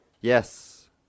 Yes